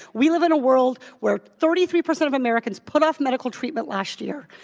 we live in a world where thirty three percent of americans put off medical treatment last year,